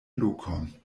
lokon